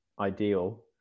ideal